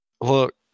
Look